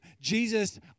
Jesus